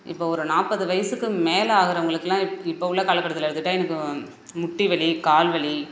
இப்போது ஒரு நாற்பது வயசுக்கு மேலே ஆகிறவங்களுக்குலாம் இப் இப்போ உள்ள காலகட்டத்தில் எடுத்துக்கிட்டால் எனக்கு முட்டி வலி கால் வலி